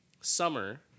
summer